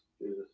Jesus